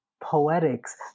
poetics